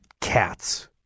cats